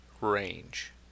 range